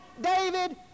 David